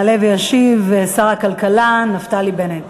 יעלה וישיב שר הכלכלה נפתלי בנט.